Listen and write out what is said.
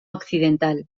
occidental